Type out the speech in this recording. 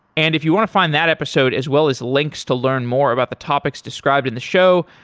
and if you want to find that episode as well as links to learn more about the topics described in the show,